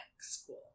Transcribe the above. school